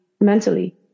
mentally